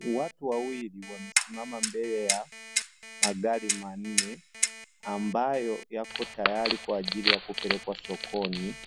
Watu wawili wamesimama mbele ya magari manne ambayo yako tayari kwaajili ya kupelekwa sokoni,